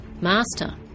Master